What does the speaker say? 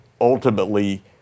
ultimately